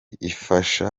ifasha